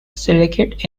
silicate